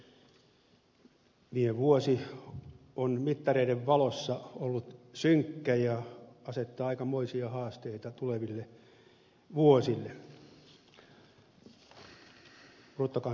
viime vuosi on mittareiden valossa ollut synkkä ja asettaa aikamoisia haasteita tuleville vuosille